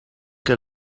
que